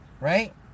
Right